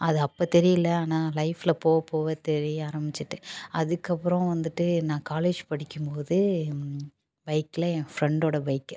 அது அப்போ தெரியலை ஆனால் லைஃப்ல போக போக தெரிய ஆரம்பிச்சிட்டு அதுக்கப்புறம் வந்துட்டு நான் காலேஜ் படிக்கும் போது பைக்ல என் ஃப்ரெண்டோட பைக்கு